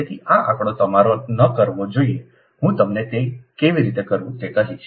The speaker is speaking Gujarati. તેથી આ આંકડો તમારે ન કરવો જોઈએ હું તમને તે કેવી રીતે કરવું તે કહીશ